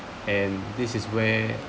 and this is where